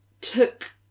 took